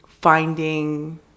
finding